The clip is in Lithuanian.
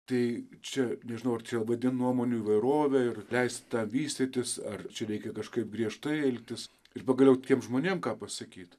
tai čia nežinau ar čia vadint nuomonių įvairove ir leist tą vystytis ar čia reikia kažkaip griežtai elgtis ir pagaliau tiem žmonėm ką pasakyt